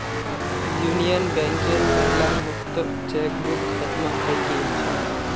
union बैंकेर पहला मुक्त चेकबुक खत्म हइ गेल छ